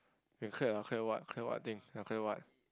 you clear ah clear what clear what thing ya clear what